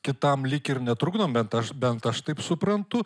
kitam lyg ir netrukdom bent aš bent aš taip suprantu